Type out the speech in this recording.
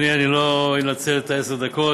אדוני, אני לא אנצל את עשר הדקות,